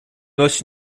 most